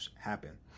happen